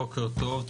בוקר טוב.